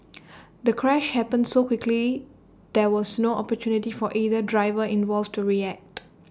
the crash happened so quickly there was no opportunity for either driver involved to react